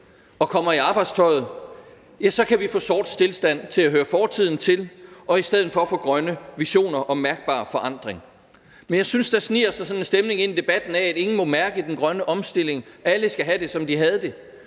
og kommer i arbejdstøjet, så kan vi få sort stilstand til at høre fortiden til og i stedet for få grønne visioner og mærkbar forandring. Men jeg synes, der sniger sig sådan en stemning ind i debatten om, at ingen må mærke den grønne omstilling, alle skal have det, som de havde det.